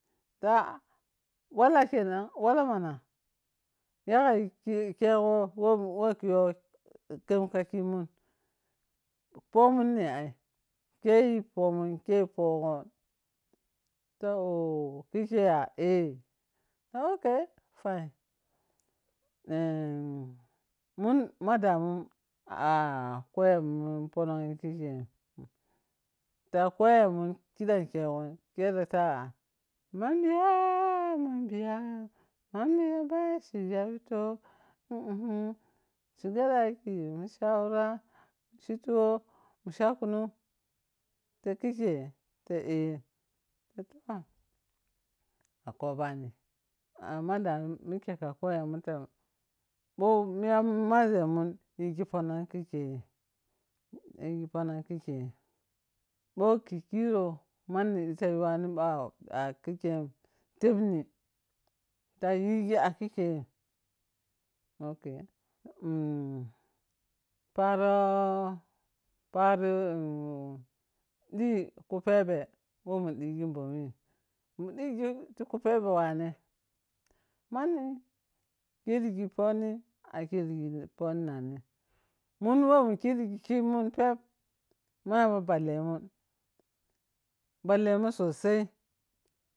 Ta wala keman wla mana? Yaggai ki khego wo ka you kom ka kimun, pomun ne gi keyi kemun kei pogon, ta oh khike ya ei ok fine ma domyk koyimun ponong kenaru khego khere fa, maniya, madiya maruya barei zarto uhem, sudada marei zarto sugada yake saara she tuwo sha kunu ta kike ta ih ta toh ka kobani ma dano mike to toyeno fa du ma miya mazamun yiggi panon kakeyi bho ke kiro mani di ta yuwani bho a kikeyim tebni ta yiggi a kekeyim ok paro, paro ɗi kapepbge wo deggi bhomi, mu digi to kupebe wane, mani kirigi poni a kiri gi pori nanim. mun wo mu kirigi ma yamba ballemun ballarmun sosai.